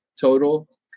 total